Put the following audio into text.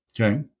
Okay